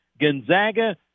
Gonzaga